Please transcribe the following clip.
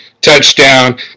touchdown